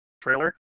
trailer